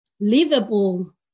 livable